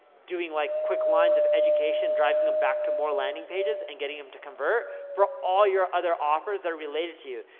doing like, quick lines of education, driving em back to more landing pages and getting to convert for all your other offers that are related to you,